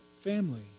family